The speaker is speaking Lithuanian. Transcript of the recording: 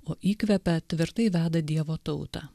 o įkvepia tvirtai veda dievo tautą